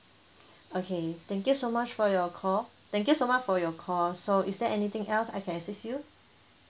okay thank you so much for your call thank you so much for your call so is there anything else I can assist you